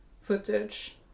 footage